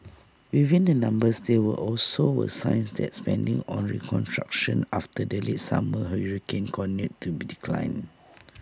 within the numbers there were also were signs that spending on reconstruction after the late summer hurricanes continued to be decline